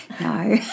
No